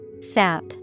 Sap